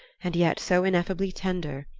and yet so ineffably tender,